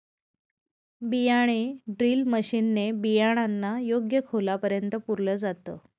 बियाणे drill machine ने बियाणांना योग्य खोलापर्यंत पुरल जात